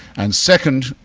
and, second,